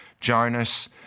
Jonas